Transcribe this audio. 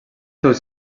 seus